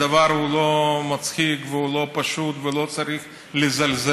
והדבר הוא לא מצחיק והוא לא פשוט ולא צריך לזלזל.